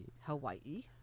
hawaii